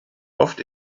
oft